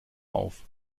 auf